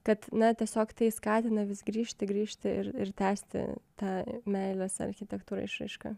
kad na tiesiog tai skatina vis grįžti grįžti ir ir tęsti tą meilės architektūrai išraišką